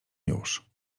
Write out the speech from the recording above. już